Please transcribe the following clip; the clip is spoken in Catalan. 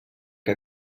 que